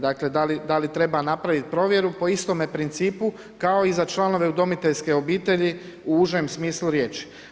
Dakle, da li treba napraviti provjeru po istome principu, kao i za članove udomiteljske obitelji u užem smislu riječi.